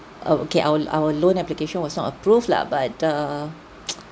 um okay our our loan application was not approved lah but err